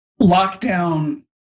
Lockdown